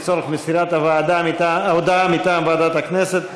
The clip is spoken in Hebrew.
לצורך הודעה מטעם ועדת הכנסת,